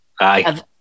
Aye